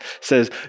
Says